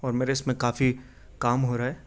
اور میرے اس میں کافی کام ہو رہا ہے